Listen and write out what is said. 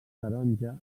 taronja